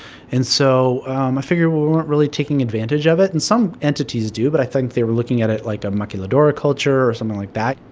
and so um i figured we weren't really taking advantage of it. and some entities do, but i think they were looking at it like a maquiladora culture or something like that.